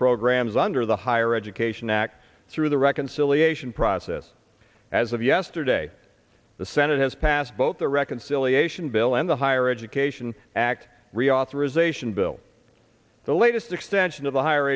programs under the higher education act through the reconciliation process as of yesterday the senate has passed both the reconciliation bill and the higher education act reauthorization bill the latest extension of the higher